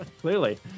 Clearly